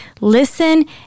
listen